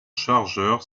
chargeur